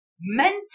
meant